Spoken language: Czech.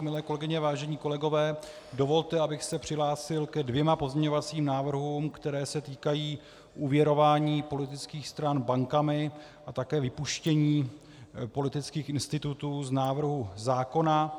Milé kolegyně, vážení kolegové, dovolte, abych se přihlásil ke dvěma pozměňujícím návrhům, které se týkají úvěrování politických stran bankami a také vypuštění politických institutů z návrhu zákona.